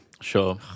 sure